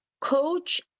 coach